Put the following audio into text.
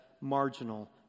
marginal